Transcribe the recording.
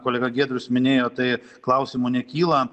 kolega giedrius minėjo tai klausimų nekyla